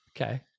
Okay